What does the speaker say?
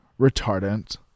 retardant